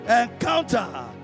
encounter